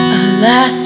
alas